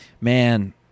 Man